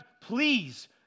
please